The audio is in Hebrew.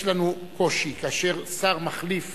יש לנו קושי, כאשר שר מחליף